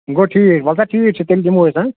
گوو ٹھیٖک ولسا ٹھیٖک چھُ تیٚلہِ دِمو أسۍ ہاں